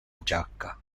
giacca